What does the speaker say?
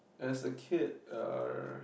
as a kid er